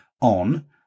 on